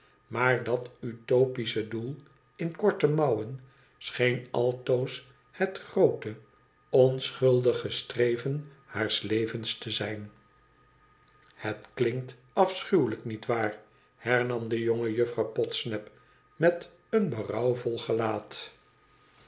maar dat utopische doel in korte mouwen scheen altoos het groote onschuldige streven haars levens te zijn het klinkt afschuwelijk niet waar hernam de jonge juffrouw pod nap met een berouwvol gelaat